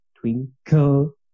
twinkle